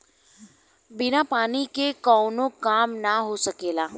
बिना पानी के कावनो काम ना हो सकेला